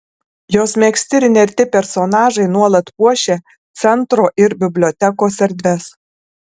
jos megzti ir nerti personažai nuolat puošia centro ir bibliotekos erdves